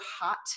hot